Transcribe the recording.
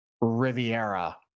Riviera